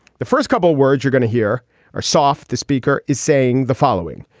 the first couple words you're going to hear are soft. the speaker is saying the following.